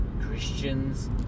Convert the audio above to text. Christians